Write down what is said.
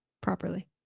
properly